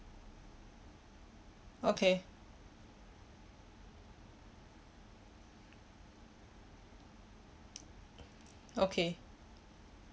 okay okay